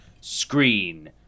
screen